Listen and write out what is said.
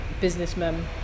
businessman